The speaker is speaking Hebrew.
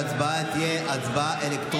ההצבעה תהיה אלקטרונית,